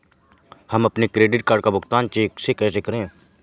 हम अपने credit card का भुगतान चेक से कैसे करें?